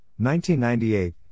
1998